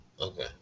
Okay